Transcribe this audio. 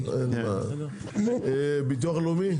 ביטוח לאומי,